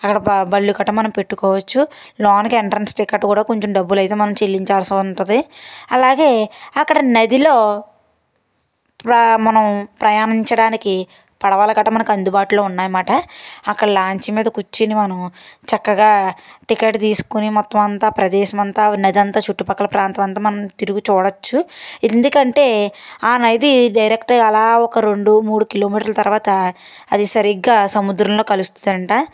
అక్కడ మనం బండ్లు కట్ట పెట్టుకోవచ్చు లోనికి ఎంట్రన్స్ టికెట్ కూడా కొంచెం డబ్బులు అయితే మనం చెల్లించాల్సి ఉంటుంది అలాగే అక్కడ నదిలో మనం ప్రయాణించడానికి పడవల కట్ట మనకి అందుబాటులో ఉన్నాయి అనమాట అక్కడ లాంచ్ మీద కూర్చుని మనం చక్కగా టికెట్ తీసుకుని మొత్తం అంతా ప్రదేశం అంతా నది అంతా చుట్టుపక్కల ప్రాంతం అంతా మనం తిరిగి చూడొచ్చు ఎందుకంటే ఆ నది డైరెక్ట్ అలా ఒక రెండు మూడు కిలోమీటర్ల తర్వాత అది సరిగ్గా సముద్రంలో కలుస్తాడంట